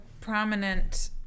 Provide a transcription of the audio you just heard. prominent